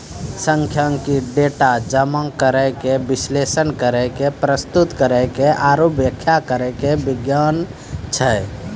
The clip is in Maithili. सांख्यिकी, डेटा जमा करै के, विश्लेषण करै के, प्रस्तुत करै के आरु व्याख्या करै के विज्ञान छै